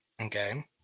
Okay